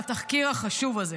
על התחקיר החשוב הזה.